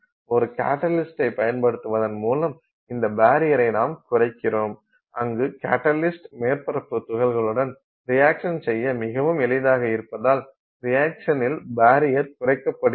ஒரு கட்டலிஸ்டைப் பயன்படுத்துவதன் மூலம் இந்த பரியரை நாம் குறைக்கிறோம் அங்கு கட்டலிஸ்ட் மேற்பரப்பு துகள்களுடன் ரியாக்சன் செய்ய மிகவும் எளிதாக இருப்பதால் ரியாக்சனில் பரியர் குறைக்கப்படுகிறது